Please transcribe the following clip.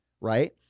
Right